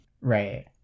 Right